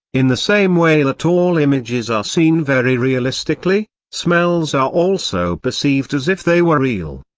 in the same way that all images are seen very realistically, smells are also perceived as if they were real.